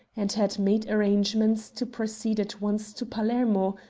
and had made arrangements to proceed at once to palermo,